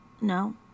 No